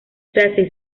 tracy